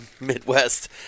Midwest